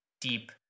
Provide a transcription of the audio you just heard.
deep